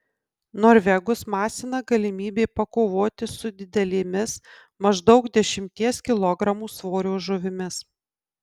norvegus masina galimybė pakovoti su didelėmis maždaug dešimties kilogramų svorio žuvimis